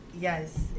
Yes